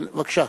כן, בבקשה.